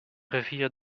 rivier